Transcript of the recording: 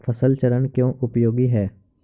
फसल चरण क्यों उपयोगी है?